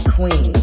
Queen